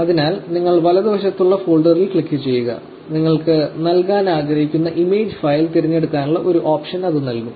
അതിനാൽ നിങ്ങൾ വലതുവശത്തുള്ള ഫോൾഡറിൽ ക്ലിക്കുചെയ്യുക നിങ്ങൾക്ക് നൽകാൻ ആഗ്രഹിക്കുന്ന ഇമേജ് ഫയൽ തിരഞ്ഞെടുക്കാനുള്ള ഒരു ഓപ്ഷൻ അത് നൽകും